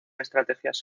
estrategias